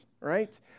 right